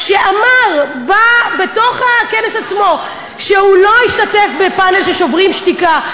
שאמר בכנס עצמו שהוא לא ישתתף בפאנל של "שוברים שתיקה".